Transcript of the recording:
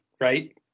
right